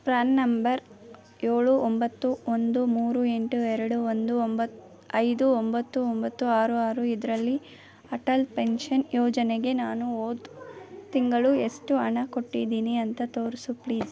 PRAN number ಏಳು ಒಂಬತ್ತು ಒಂದು ಮೂರು ಎಂಟು ಎರಡು ಒಂದು ಒಂಬತ್ತು ಐದು ಒಂಬತ್ತು ಒಂಬತ್ತು ಆರು ಆರು ಇದರಲ್ಲಿ ಅಟಲ್ ಪೆನ್ಷನ್ ಯೋಜನೆಗೆ ನಾನು ಹೋದ ತಿಂಗಳು ಎಷ್ಟು ಹಣ ಕೊಟ್ಟಿದ್ದೀನಿ ಅಂತ ತೋರಿಸು ಪ್ಲೀಸ್